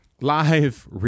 Live